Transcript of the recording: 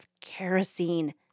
kerosene